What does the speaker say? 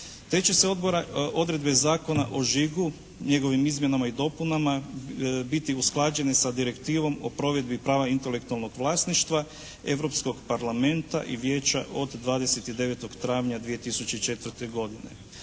Te će se odredbe Zakona o žigu njegovim izmjenama i dopunama biti usklađene sa direktivom o provedbi prava intelektualnog vlasništva, Europskog parlamenta i Vijeća od 29. travnja 2004. godine.